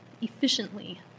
efficiently